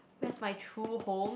where's my true home